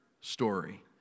story